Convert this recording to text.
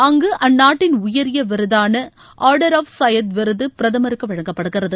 அங்கு அந்நாட்டின் உயரிய விருதான ஆடர் ஆப் சயீத் விருது பிரதமருக்கு வழங்கப்படுகிறது